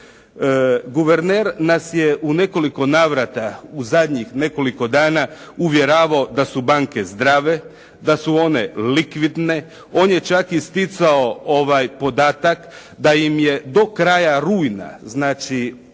Guverner nas je u nekoliko navrata u zadnjih nekoliko dana uvjeravao da su banke zdrave, da su one likvidne, on je čak isticao podatak da im je do kraja rujna, znači ove